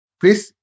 please